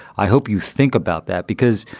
i hope you think about that, because,